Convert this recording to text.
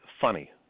funny